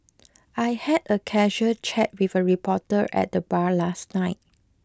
I had a casual chat with a reporter at the bar last night